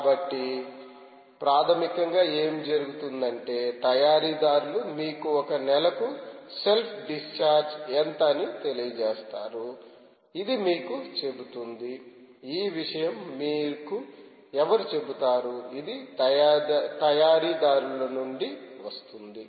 కాబట్టి ప్రాథమికంగా ఏమి జరుగుతుంది అంటే తయారీదారులు మీకు ఒక నెలకు సెల్ఫ్ డిశ్చార్జ్ ఎంత అని తెలియజేస్తారు ఇది మీకు చెబుతుంది ఈ విషయం మీకు ఎవరు చెబుతారు ఇది తయారీదారుల నుండి వస్తుంది